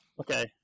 Okay